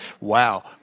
Wow